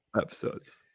episodes